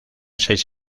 seis